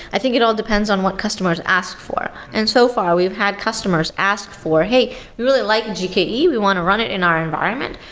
i think it all depends on what customers ask for. and so far we've had customers ask for, hey, we really like gke. we want to run it in our environment.